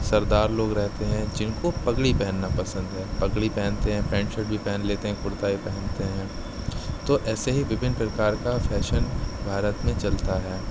سردار لوگ رہتے ہیں جن کو پگڑی پہننا پسند ہے پگڑی پہنتے ہیں پینٹ شرٹ بھی پہن لیتے ہیں کُرتا بھی پہنتے ہیں تو ایسے ہی وبھن پرکار کا فیشن بھارت میں چلتا ہے